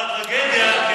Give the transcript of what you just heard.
מול הטרגדיה.